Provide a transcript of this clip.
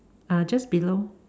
uh just below